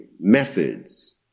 methods